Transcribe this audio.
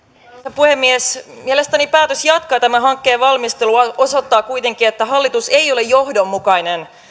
puhemies mielestäni päätös jatkaa tämän hankkeen valmistelua osoittaa kuitenkin että hallitus ei ole johdonmukainen